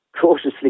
cautiously